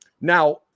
Now